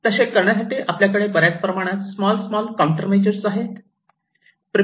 तसे करण्यासाठी आपल्याकडे बऱ्याच प्रमाणात स्मॉल स्मॉल काउंटर मेजर्स आहेत